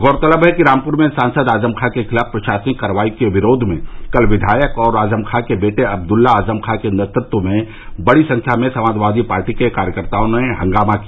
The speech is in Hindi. गौरतलब है कि रामपुर में सांसद आजम खां के खिलाफ प्रशासनिक कार्रवाई के विरोध में कल विधायक और आजम खां के बेटे अब्दुल्ला आजम खां के नेतृत्व में बड़ी संख्या में समाजवादी पार्टी के कार्यकर्ताओं ने हंगामा किया